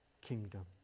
kingdom